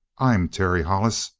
i'm terry hollis.